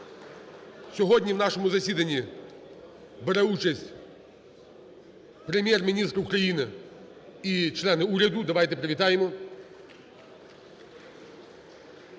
Сьогодні в нашому засіданні бере участь Прем'єр-міністр України і члени уряду. Давайте привітаємо.